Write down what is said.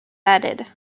added